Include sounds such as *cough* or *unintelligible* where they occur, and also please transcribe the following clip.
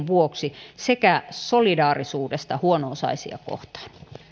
*unintelligible* vuoksi sekä solidaarisuudesta huono osaisia kohtaan